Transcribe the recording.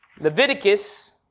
Leviticus